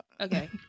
Okay